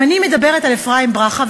אם אני מדברת על אפרים ברכה,